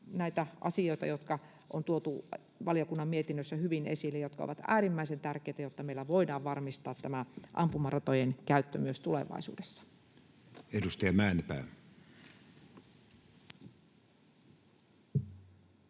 näitä asioita, jotka on tuotu valiokunnan mietinnössä hyvin esille ja jotka ovat äärimmäisen tärkeitä, jotta meillä voidaan varmistaa ampumaratojen käyttö myös tulevaisuudessa. Edustaja Mäenpää.